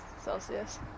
Celsius